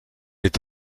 est